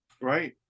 right